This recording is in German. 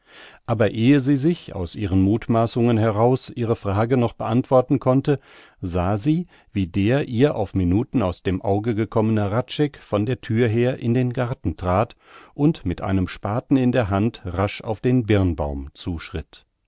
aber ehe sie sich aus ihren muthmaßungen heraus ihre frage noch beantworten konnte sah sie wie der ihr auf minuten aus dem auge gekommene hradscheck von der thür her in den garten trat und mit einem spaten in der hand rasch auf den birnbaum zuschritt